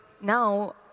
now